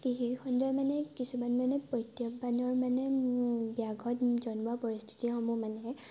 কৃষিখণ্ডৰ মানে কিছুমান মানে প্ৰত্যাহ্বানৰ মানে ব্যাঘত জন্মা পৰিস্থিতিসমূহ মানে